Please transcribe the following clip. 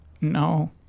No